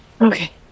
Okay